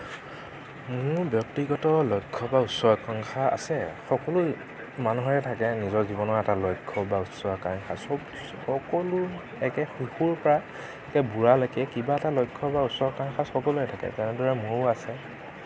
মোৰ ব্যক্তিগত লক্ষ্য বা উচ্চাকাংক্ষা আছে সকলো মানুহৰে থাকে নিজৰ জীৱনৰ এটা লক্ষ্য বা উচ্চাকাংক্ষা সব সকলো একে শিশুৰ পৰা বুঢ়ালৈকে কিবা এটা লক্ষ্য বা উচ্চাকাংক্ষা সকলোৰে থাকে যেনে মোৰ আছে